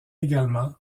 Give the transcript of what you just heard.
également